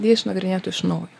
jie išnagrinėtų iš naujo